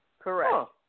Correct